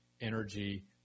energy